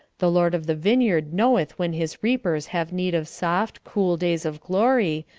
the lord of the vineyard knoweth when his reapers have need of soft, cool days of glory,